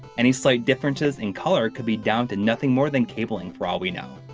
any slight differences in color could be down to nothing more than cabling for all we know.